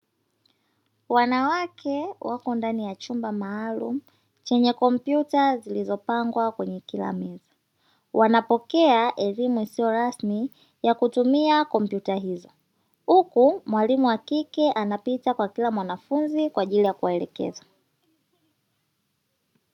Wanawake wako ndani ya chumba maalumu chenye kompyuta zilizopangwa kwenye kila meza wanapokea elimu isiyo rasmi ya kutumia kompyuta hizo huku mwalimu wa kike anapita kwa kila mwanafunzi kwa ajili ya kuwaekekeza.